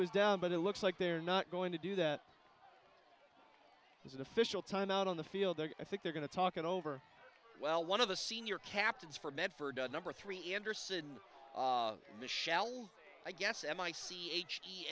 was down but it looks like they're not going to do that as an official time out on the field there i think they're going to talk it over well one of the senior captains for medford number three anderson mashal i guess m i c h